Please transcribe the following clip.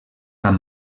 amb